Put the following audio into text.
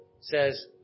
says